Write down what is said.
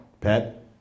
pet